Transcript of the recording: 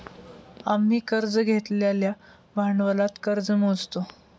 आम्ही कर्ज घेतलेल्या भांडवलात कर्ज मोजतो